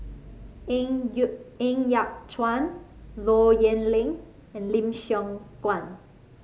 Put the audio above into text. Ng Ng Yat Chuan Low Yen Ling and Lim Siong Guan